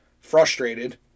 frustrated